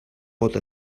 pot